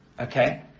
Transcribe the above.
Okay